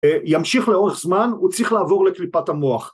ימשיך לאורך זמן הוא צריך לעבור לקליפת המוח